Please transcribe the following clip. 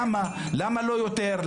למה לא יותר?